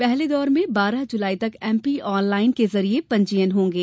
पहले दौर में बारह जुलाई तक एमपी ऑन लाइन के जरिए पंजीयन होंगे